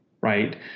right